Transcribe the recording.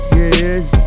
Yes